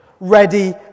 ready